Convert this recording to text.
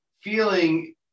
feeling